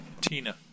Tina